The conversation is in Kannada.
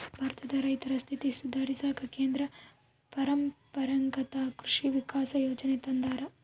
ಭಾರತದ ರೈತರ ಸ್ಥಿತಿ ಸುಧಾರಿಸಾಕ ಕೇಂದ್ರ ಪರಂಪರಾಗತ್ ಕೃಷಿ ವಿಕಾಸ ಯೋಜನೆ ತಂದಾರ